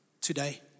today